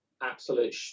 absolute